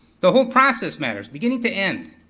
the whole process matters, beginning to end.